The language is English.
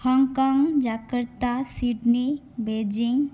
Hong Kong Jakarta Sydney Beijing